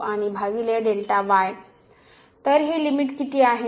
तर ही लिमिट किती आहे